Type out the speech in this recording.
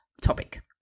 topic